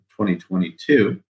2022